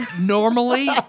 Normally